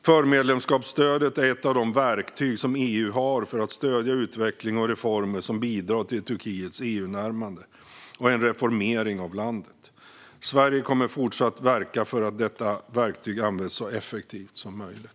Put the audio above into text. Förmedlemskapsstödet är ett av de verktyg som EU har för att stödja utveckling och reformer som bidrar till Turkiets EU-närmande och en reformering av landet. Sverige kommer att fortsätta verka för att detta verktyg används så effektivt som möjligt.